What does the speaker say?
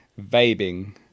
Vaping